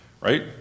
right